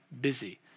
busy